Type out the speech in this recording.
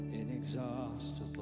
inexhaustible